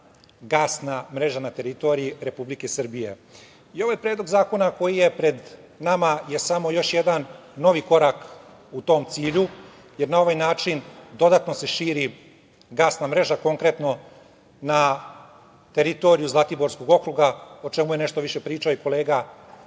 gasna mreža na teritoriji Republike Srbije.I ovaj Predlog zakona koji je pred nama je samo još jedan novi korak u tom cilju, jer na ovaj način dodatno se širi gasna mreža, konkretno na teritoriji Zlatiborskog okruga, a o čemu je nešto više pričao kolega